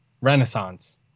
renaissance